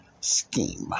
scheme